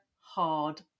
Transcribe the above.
hard